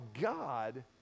God